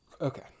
okay